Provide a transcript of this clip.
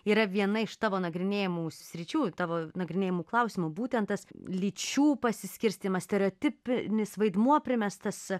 yra viena iš tavo nagrinėjamų sričių tavo nagrinėjamų klausimu būtent tas lyčių pasiskirstymas stereotipinis vaidmuo primestas